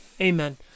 amen